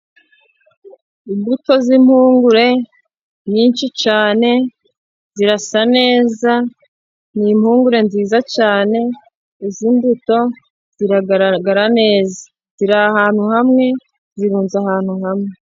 Imbuto z'impungure nyinshi cyane zirasa neza ni impumure nziza cyane, izi mbuto ziragaragara neza ziri ahantu hamwe zihuza ahantu hamwe.